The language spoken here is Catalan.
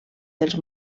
dels